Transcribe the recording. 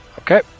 Okay